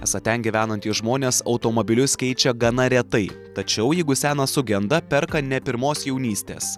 esą ten gyvenantys žmonės automobilius keičia gana retai tačiau jeigu senas sugenda perka ne pirmos jaunystės